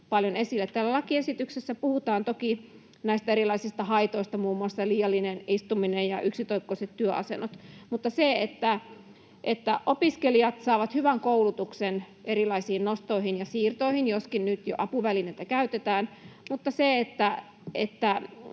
esille. Täällä lakiesityksessä puhutaan toki näistä erilaisista haitoista — muun muassa liiallisesta istumisesta ja yksitoikkoisista työasennoista — mutta opiskelijat saisivat hyvän koulutuksen erilaisiin nostoihin ja siirtoihin, joskin nyt jo apuvälineitä käytetään, ja että